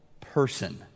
person